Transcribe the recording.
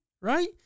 right